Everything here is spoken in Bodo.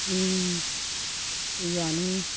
बे दैयानो